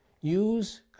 use